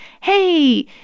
hey